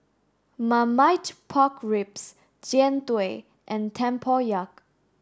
marmite pork ribs Jian Dui and Tempoyak